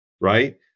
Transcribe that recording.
right